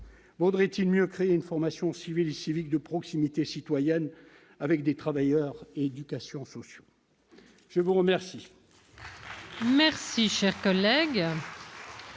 -vaudrait-il mieux créer une formation civile et civique de proximité citoyenne avec des travailleurs et des éducateurs sociaux. La parole